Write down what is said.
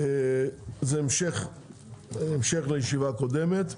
זה המשך לישיבה הקודמת.